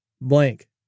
blank